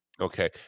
okay